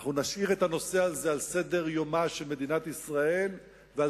אנחנו נשאיר את הנושא הזה על סדר-יומה של מדינת ישראל ועל